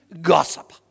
Gossip